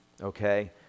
Okay